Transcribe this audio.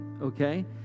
Okay